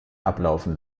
ablaufen